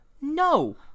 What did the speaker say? no